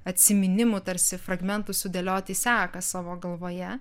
atsiminimų tarsi fragmentus sudėlioti į seką savo galvoje